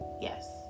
yes